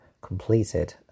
completed